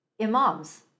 Imams